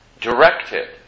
Directed